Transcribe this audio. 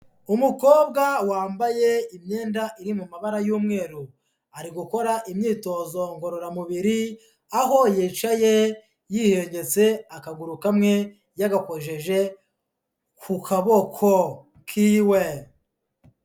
Umukobwa wambaye imyenda iri mu mabara y'umweru, ari gukora imyitozo ngororamubiri aho yicaye yihengetse akaguru kamwe yagakojeje ku kaboko kiwe.